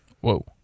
Whoa